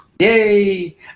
Yay